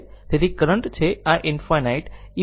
તેથી કરંટ છે iinfinity એ VsR છે